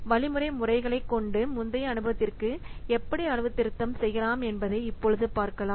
வழிமுறை முறைகளை கொண்டு முந்தைய அனுபவத்திற்கு எப்படி அளவுத்திருத்தம் செய்யலாம் என்பதை இப்பொழுது பார்க்கலாம்